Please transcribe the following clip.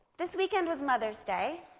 this weekend was mother's day,